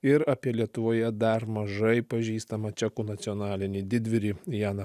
ir apie lietuvoje dar mažai pažįstamą čekų nacionalinį didvyrį vieną